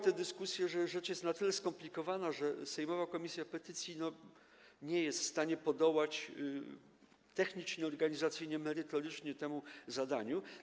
Te dyskusje pokazały, że rzecz jest na tyle skomplikowana, że sejmowa komisja petycji nie jest w stanie podołać technicznie, organizacyjnie, merytorycznie temu zadaniu.